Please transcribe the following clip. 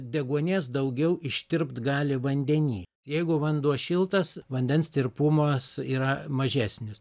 deguonies daugiau ištirpt gali vandeny jeigu vanduo šiltas vandens tirpumas yra mažesnis